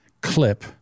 clip